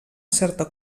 certa